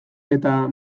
eta